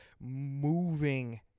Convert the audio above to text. moving